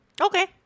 Okay